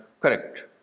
correct